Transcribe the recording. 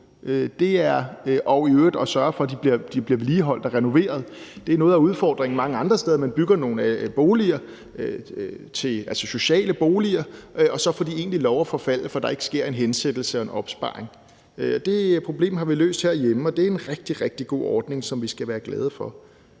på, og i øvrigt til at sørge for, at de bliver vedligeholdt og renoveret, og det er noget af udfordringen mange andre steder. Man bygger nogle boliger, altså sociale boliger, og så får de egentlig lov til at forfalde, fordi der ikke sker en hensættelse og en opsparing, og det problem har vi løst herhjemme, og det er en rigtig, rigtig god ordning, som vi skal være glade for.